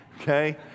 Okay